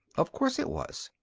of course it was.